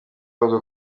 bavuga